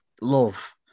love